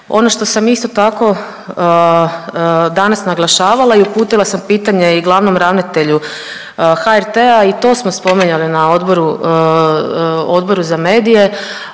Ono što sam isto tako danas naglašavala i uputila sam pitanje i glavnom ravnatelju HRT-a i to smo spominjali na odboru, Odboru za medije,